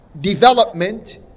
development